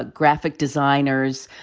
ah graphic designers.